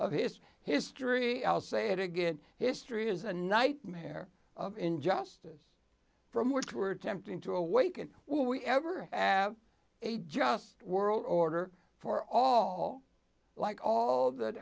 of history history i'll say it again history is a nightmare of injustice from what you were attempting to awaken will we ever have a just world order for all like all that